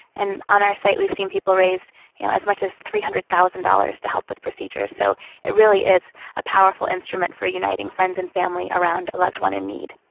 and on our site we've seen people raise you know as much as three hundred thousand dollars to help with procedures, so it really is a powerful instrument for uniting friends and family around a loved one in need.